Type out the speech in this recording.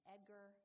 Edgar